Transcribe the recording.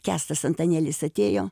kęstas antanėlis atėjo